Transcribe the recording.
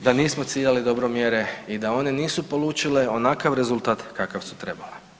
da nismo ciljali dobro mjere i da one nisu polučile onakav rezultat kakav su trebale.